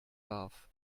darf